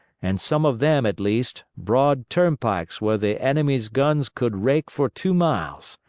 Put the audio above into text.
and, some of them at least, broad turnpikes where the enemy's guns could rake for two miles.